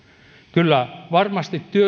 kyllä varmasti